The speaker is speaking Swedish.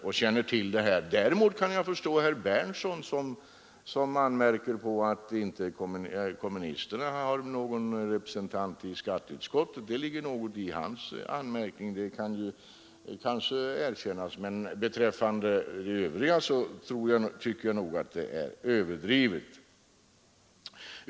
Jag kan emellertid förstå herr Berndtson i Linköping, som anmärkte på att kommunisterna inte har någon representant i skatteutskottet. Att det ligger något i hans anmärkning kan kanske erkännas, men beträffande de övriga partierna tycker jag att talet är överdrivet.